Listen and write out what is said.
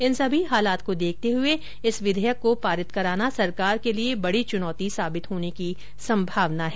इन सभी हालात को देखते हए इस विधेयक को पारित कराना सरकार के लिए बड़ी चुनौती साबित होने की संभावना है